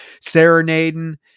serenading